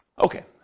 Okay